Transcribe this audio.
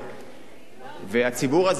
הציבור הזה זכאי